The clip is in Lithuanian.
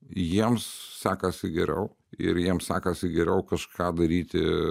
jiems sekasi geriau ir jiems sekasi geriau kažką daryti